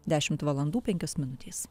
dešimt valandų penkios minutės